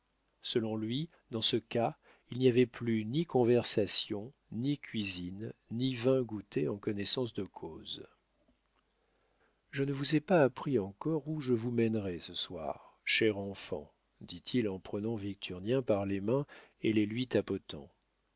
selon lui dans ce cas il n'y avait plus ni conversation ni cuisine ni vins goûtés en connaissance de cause je ne vous ai pas appris encore où je vous mènerai ce soir cher enfant dit-il en prenant victurnien par les mains et les lui